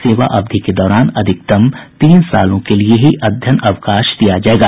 सेवा अवधि के दौरान अधिकतम तीन वर्ष के लिए ही अध्ययन अवकाश दिया जायेगा